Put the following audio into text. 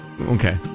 Okay